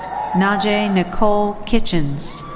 najee nicole kitchens.